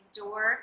door